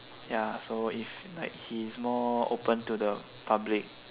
ya so if like he's more open to the public